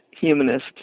humanist